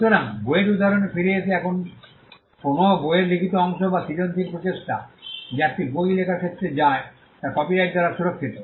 সুতরাং বইয়ের উদাহরণে ফিরে এসে কোনও বই বইয়ের লিখিত অংশ বা সৃজনশীল প্রচেষ্টা যা একটি বই লেখার ক্ষেত্রে যায় তা কপিরাইট দ্বারা সুরক্ষিত